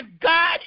God